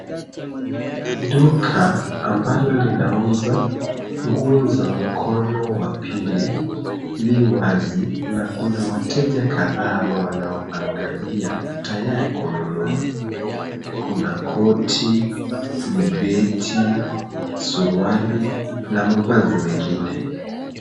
Duka ambal linauza nguo za mkono wa pili li wazi na kuna wateja kadhaa wanao angalia tayari kununua, kuna koti, vibeti, suruali na mavazi mengine.